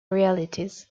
realities